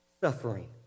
suffering